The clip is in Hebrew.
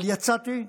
אבל יצאתי.